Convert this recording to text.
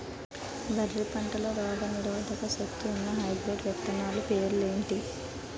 వరి పంటలో రోగనిరోదక శక్తి ఉన్న హైబ్రిడ్ విత్తనాలు పేర్లు ఏంటి?